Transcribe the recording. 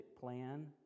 plan